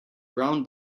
brown